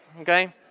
okay